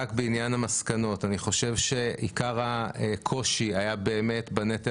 רק בעניין המסקנות: אני חושב שעיקר הקושי היה בנטל